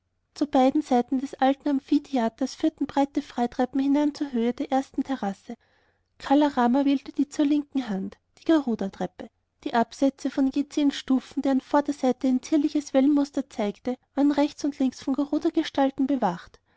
zu beiden seiten des alten amphitheaters führten breite freitreppen hinan zur höhe der ersten terrasse kala rama wählte die zur linken hand die garuda treppe die absätze von je zehn stufen deren vorderseite ein zierliches wellenmuster zeigte waren rechts und links von garuda gestalten bewacht